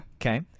Okay